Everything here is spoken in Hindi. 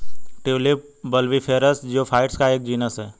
ट्यूलिप बल्बिफेरस जियोफाइट्स का एक जीनस है